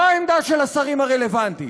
זו העמדה של השרים הרלוונטיים,